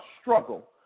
struggle